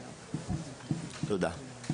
תודה.